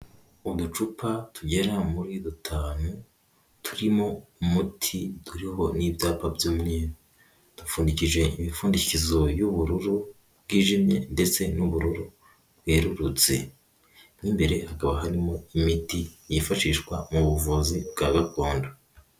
Uducupa tugera muri dutanu turimo umuti, turiho n'ibyapa by'umyeru dupfundikije imipfundikizo y'ubururu bwijimye ndetse n'ubururu bwerurutse, mo imbere hakaba harimo imiti yifashishwa mu buvuzi bwa gakondo.